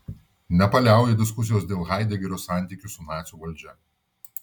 nepaliauja diskusijos dėl haidegerio santykių su nacių valdžia